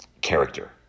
character